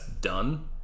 done